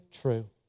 true